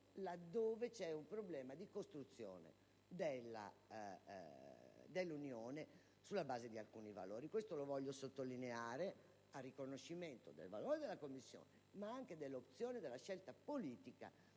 dove c'è un problema di costruzione dell'Unione sulla base di alcuni valori. Desidero sottolinearlo, a riconoscimento del valore della Commissione, ma anche dell'opzione politica